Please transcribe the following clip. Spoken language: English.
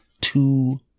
Two